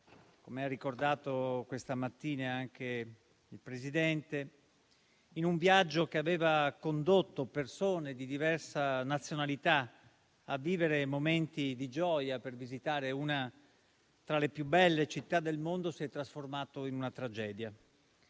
come ha ricordato questa mattina il Presidente, un viaggio che aveva condotto persone di diversa nazionalità a vivere momenti di gioia per visitare una tra le più belle città del mondo si è trasformato in una tragedia.